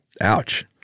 Ouch